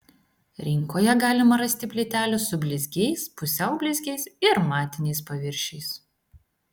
rinkoje galima rasti plytelių su blizgiais pusiau blizgiais ir matiniais paviršiais